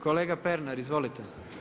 Kolega Pernar izvolite.